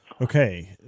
Okay